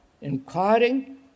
inquiring